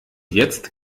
jetzt